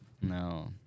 No